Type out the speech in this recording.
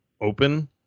open